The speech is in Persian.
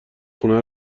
خونه